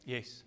Yes